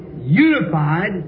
unified